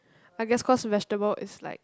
I guess cause vegetable is like